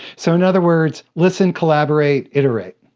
so in other words listen, collaborate, iterate.